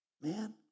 Man